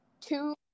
two